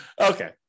Okay